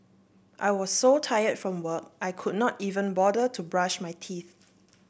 I was so tire from work I could not even bother to brush my teeth